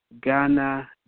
Ghana